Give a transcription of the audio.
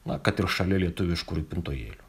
na kad ir šalia lietuviško rūpintojėlio